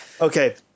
Okay